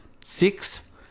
six